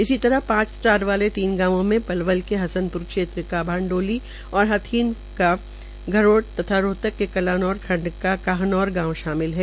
इसी तरह पांच स्टार वाले तीन गांवो मे पलवल के हसनप्र खंड का मांडोली और हथीन खंड का धरोट तथा रोहतक के कलानौर खंड का काहनौर गांव शामिल है